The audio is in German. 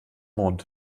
mond